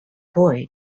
boy